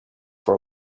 for